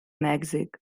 mèxic